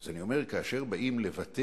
אז אני אומר: כאשר באים לוותר